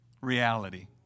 reality